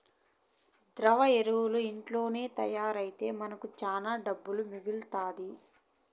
ద్రవ ఎరువులు ఇంట్లోనే తయారైతే మనకు శానా దుడ్డు మిగలుతాది